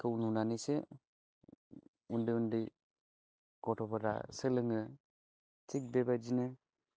खौ नुनानैसो उन्दै उन्दै गथ'फोरा सोलोङो थिक बेबायदिनो